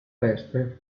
teste